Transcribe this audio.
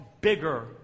bigger